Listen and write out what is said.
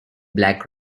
black